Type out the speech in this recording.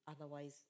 otherwise